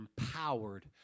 empowered